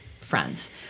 friends